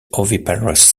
oviparous